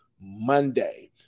Monday